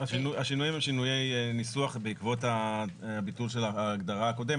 השינויים הם שינויי ניסוח בעקבות ביטול ההגדרה הקודמת.